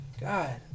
God